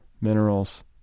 minerals